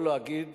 או להגיד,